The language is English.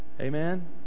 Amen